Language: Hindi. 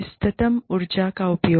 इष्टतम ऊर्जा का उपयोग